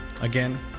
Again